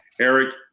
Eric